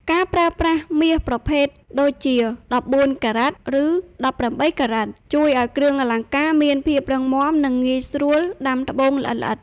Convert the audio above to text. ការប្រើប្រាស់មាសប្រភេទ (ដូចជា ១៤ការ៉ាត់ ឬ ១៨ការ៉ាត់) ជួយឱ្យគ្រឿងអលង្ការមានភាពរឹងមាំ និងងាយស្រួលដាំត្បូងល្អិតៗ។